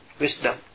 wisdom